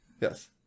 Yes